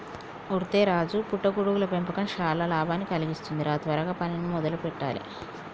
ఒరై రాజు పుట్ట గొడుగుల పెంపకం చానా లాభాన్ని కలిగిస్తుంది రా త్వరగా పనిని మొదలు పెట్టాలే